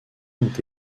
ont